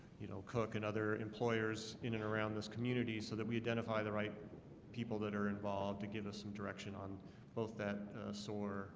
you know cooke and other employers in and around this community so that we identify the right people that are involved to give us some direction on both that soar